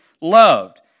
loved